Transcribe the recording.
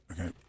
Okay